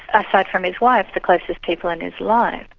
aside from his wife, the closest people in his life.